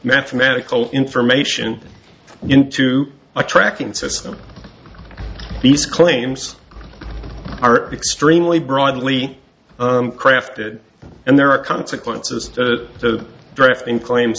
mathematical information into a tracking system these claims are extremely broadly crafted and there are consequences to draft in claims